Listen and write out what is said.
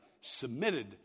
submitted